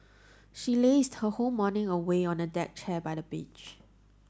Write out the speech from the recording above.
she lazed her whole morning away on a deck chair by the beach